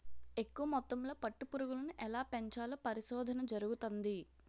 ఎక్కువ మొత్తంలో పట్టు పురుగులను ఎలా పెంచాలో పరిశోధన జరుగుతంది